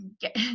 get